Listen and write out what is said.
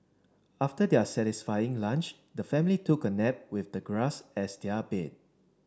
after their satisfying lunch the family took a nap with the grass as their bed